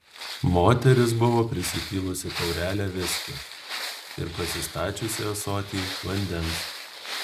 moteris buvo prisipylusi taurelę viskio ir pasistačiusi ąsotį vandens